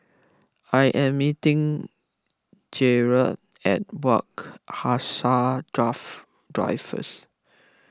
I am meeting Jerad at Wak Hassa draft drive first